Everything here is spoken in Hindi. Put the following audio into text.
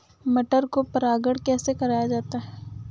मटर को परागण कैसे कराया जाता है?